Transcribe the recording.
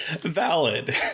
Valid